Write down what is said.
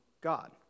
God